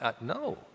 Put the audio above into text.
no